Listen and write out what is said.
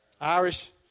Irish